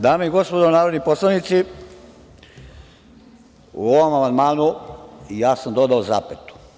Dame i gospodo narodni poslanici, u ovom amandmanu i ja sam dodao zapetu.